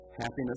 Happiness